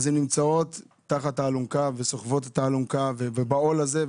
אז הן נמצאות תחת האלונקה וסוחבות את האלונקה בעול הזה,